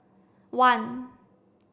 one